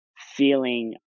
feeling